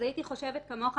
אז הייתי חושבת כמוך,